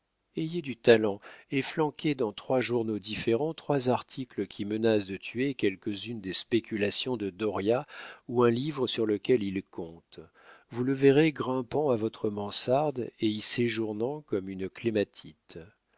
ayez du talent et flanquez dans trois journaux différents trois articles qui menacent de tuer quelques-unes des spéculations de dauriat ou un livre sur lequel il compte vous le verrez grimpant à votre mansarde et y séjournant comme une clématite